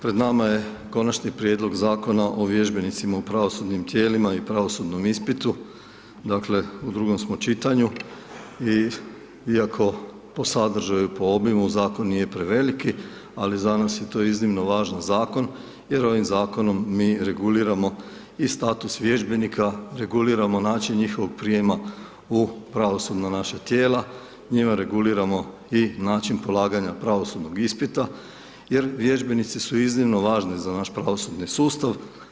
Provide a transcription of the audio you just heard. Pred nama je Konačni prijedlog Zakona o vježbenicima u pravosudnim tijelima i pravosudnom ispitu, dakle u drugom smo čitanju i iako po sadržaju, po obimu, zakon nije preveliki, ali za nas je to iznimno važan zakona, jer ovim zakonom mi reguliramo i status vježbenika, reguliramo način njihovog prijema u pravosudna naša tijela, njime reguliramo i naćin polaganja pravosudnog ispita, jer vježbenici su iznimno važni za naš pravosudni sustav.